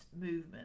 movement